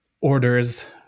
orders